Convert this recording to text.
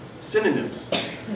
synonyms